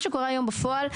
מה שקורה היום בפועל הוא,